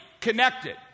connected